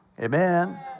Amen